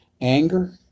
Anger